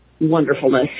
wonderfulness